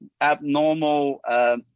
abnormal